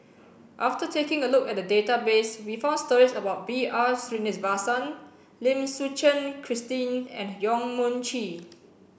after taking a look at the database we found stories about B R Sreenivasan Lim Suchen Christine and Yong Mun Chee